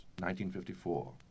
1954